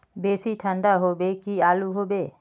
बेसी ठंडा होबे की आलू होबे